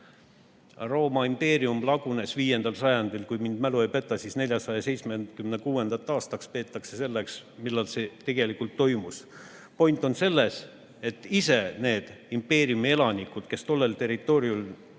Rooma impeerium lagunes 5. sajandil, kui mu mälu ei peta, siis 476. aastat peetakse selleks, millal see tegelikult toimus. Point on selles, et ise need impeeriumi elanikud, kes tollel territooriumil